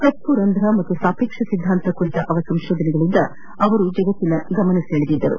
ಕಪ್ಪುರಂಧ್ರ ಮತ್ತು ಸಾಪೇಕ್ಷ ಸಿದ್ದಾಂತ ಕುರಿತ ಅವರ ಸಂಶೋಧನೆಗಳಿಂದ ಅವರು ಜಗತ್ತಿನ ಗಮನ ಸೆಳೆದಿದ್ದರು